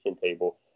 table